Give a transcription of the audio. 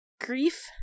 grief